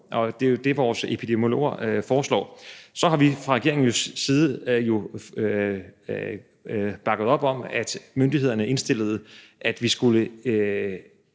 år. Det er jo det, vores epidemiologer foreslår. Så har vi fra regeringens side bakket op om, at myndighederne indstillede, at vi skulle